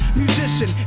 musician